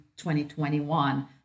2021